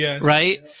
right